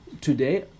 Today